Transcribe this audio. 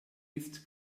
ist